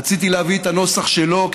רציתי להביא את הנוסח שלו,